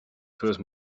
first